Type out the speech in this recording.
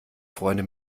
freunde